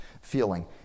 feeling